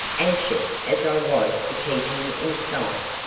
anxious as i was to keep him in sight.